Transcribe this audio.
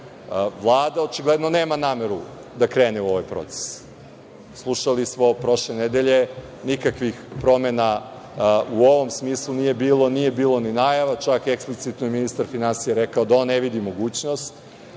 plate. Vlada očigledno nema nameru da krene u ovaj proces. Slušali smo prošle nedelje, nikakvih promena u ovom smislu nije bilo, nije bilo ni najava, čak eksplicitno je ministar finansija rekao da on ne vidi mogućnost,